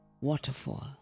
waterfall